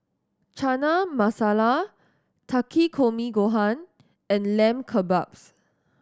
Chana Masala Takikomi Gohan and Lamb Kebabs